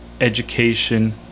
education